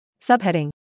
Subheading